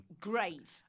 Great